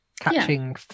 catching